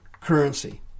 currency